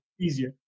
easier